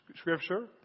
scripture